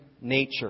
nature